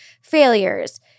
failures